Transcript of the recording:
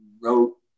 wrote